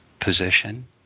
position